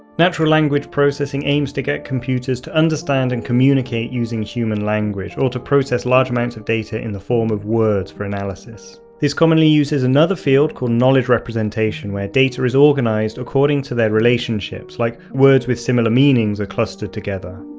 natural language processing aims to get computers to understand and communicate using human language, or to process large amounts of data in the form of words for analysis. this commonly uses another field called knowledge representation where data is organised according to their relationships, like words with similar meanings are clustered together.